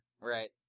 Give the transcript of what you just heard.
Right